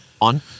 on